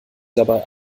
dabei